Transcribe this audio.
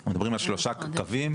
אנחנו מדברים על שלושה קווים.